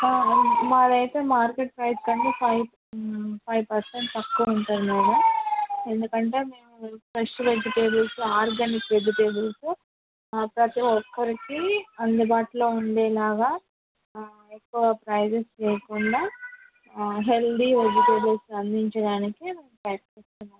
మావి అయితే market price కన్నా ఫైవ్ పెర్సెంట్ తక్కువ ఉంటుంది మేడం ఎందుకంటే ఫ్రెష్ వెజిటేబుల్స్ ఆర్గానిక్ వెజిటేబుల్స్ ప్రతి ఒక్కరికి అందుబాటులో ఉండేలాగా ఎక్కువ ప్రైసెస్ వేయకుండా హెల్త్దీ వెజిటేబుల్స్ అందించడానికి ప్రయత్నిస్తున్నాం మేడం